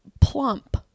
plump